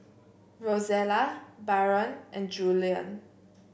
Rozella Barron and Julien